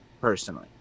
personally